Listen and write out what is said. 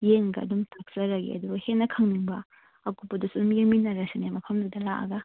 ꯌꯦꯉꯒ ꯑꯗꯨꯝ ꯇꯥꯛꯆꯔꯒꯦ ꯑꯗꯨꯒ ꯍꯦꯟꯅ ꯈꯪꯅꯤꯡꯕ ꯑꯀꯨꯞꯄꯗꯨꯁꯨ ꯑꯗꯨꯝ ꯌꯦꯡꯃꯤꯟꯅꯔꯁꯤꯅꯦ ꯃꯐꯝꯗꯨꯗ ꯂꯥꯛꯑꯒ